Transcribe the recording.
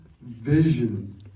vision